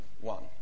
one